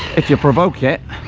if you provoke it.